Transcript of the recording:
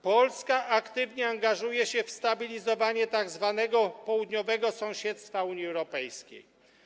Polska aktywnie angażuje się w stabilizowanie tzw. południowego sąsiedztwa Unii Europejskiej.